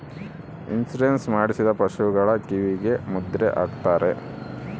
insurance ಮಾಡಿಸಿದ ಪಶುಗಳ ಕಿವಿಗೆ ಮುದ್ರೆ ಹಾಕ್ತಾರೆ